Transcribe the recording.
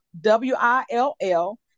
W-I-L-L